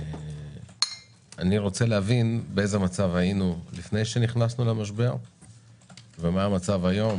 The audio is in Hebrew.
אני רוצה להבין באיזה מצב היינו לפני שנכנסנו למשבר ומה המצב היום,